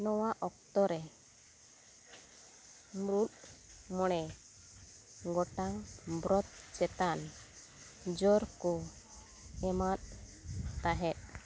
ᱱᱚᱣᱟ ᱚᱠᱛᱚ ᱨᱮ ᱢᱩᱲᱩᱫ ᱢᱚᱬᱮ ᱜᱚᱴᱟᱝ ᱵᱨᱚᱛ ᱪᱮᱛᱟᱱ ᱡᱳᱨ ᱠᱚ ᱮᱢᱟᱫ ᱛᱟᱦᱮᱸᱫ